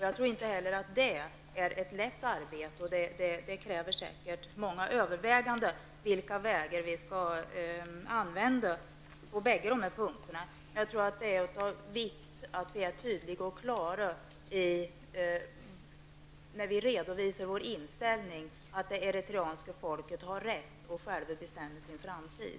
Jag tror inte heller att det är ett lätt arbete. Det kräver säkert många överväganden om vilka vägar vi skall använda i båda dessa punkter. Jag tror att det är av vikt att vi är tydliga och klara när vi redovisar vår inställning -- att det eritreanska folket har rätt att själv bestämma sin framtid.